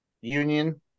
Union